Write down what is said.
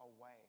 away